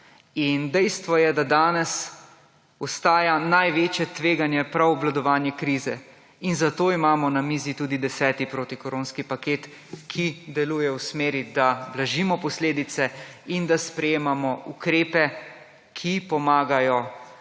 dejstvo je, da danes ostaja največje tveganje prav obvladovanje krize. In zato imamo na mizi tudi 10. protikoronski paket, ki deluje v smeri, da blažimo posledice in da sprejemamo ukrepe, ki pomagajo